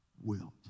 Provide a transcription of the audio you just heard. wilt